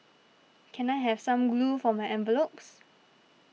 can I have some glue for my envelopes